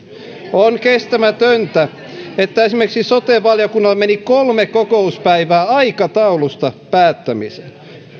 on kestämätöntä että sote valiokunnalla esimerkiksi meni kolme kokouspäivää aikataulusta päättämiseen